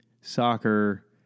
soccer